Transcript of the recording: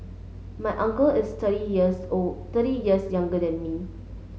my uncle is thirty years old thirty years younger than me